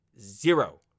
Zero